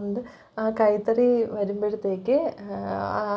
ഉണ്ട് ആ കൈത്തറി വരുമ്പോഴത്തേക്ക്